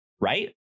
right